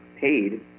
paid